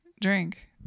drink